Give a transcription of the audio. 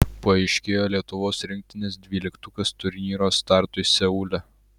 paaiškėjo lietuvos rinktinės dvyliktukas turnyro startui seule